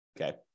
Okay